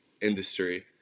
industry